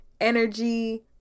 energy